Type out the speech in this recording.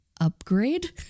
upgrade